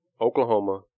Oklahoma